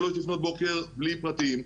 שלוש לפנות בוקר בלי פרטים,